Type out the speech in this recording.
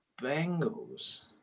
Bengals